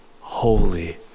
holy